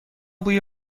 بوی